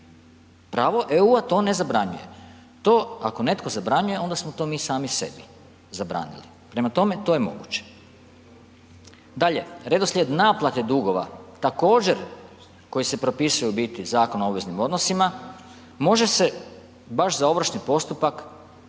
Pravo EU-a to ne zabranjuje. To ako netko zabranjuje onda smo to mi sami sebi zabranili. Prema tome, to je moguće. Dalje, redoslijed naplate dugova također koji se propisuju u biti Zakonom o obveznim odnosima, može se baš za ovršni postupak